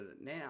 now